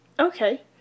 Okay